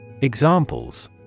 Examples